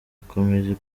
ikomeje